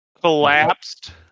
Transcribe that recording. Collapsed